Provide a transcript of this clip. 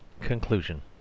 Conclusion